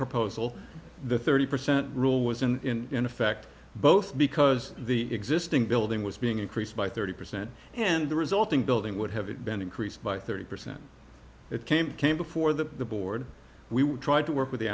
proposal the thirty percent rule was in effect both because the existing building was being increased by thirty percent and the resulting building would have been increased by thirty percent it came came before the board we tried to work with the